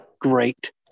Great